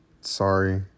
Sorry